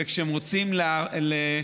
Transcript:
וכשהם רוצים להתגרש,